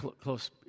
close